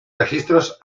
registros